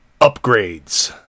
Upgrades